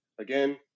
Again